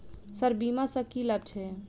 Sir बीमा सँ की लाभ छैय?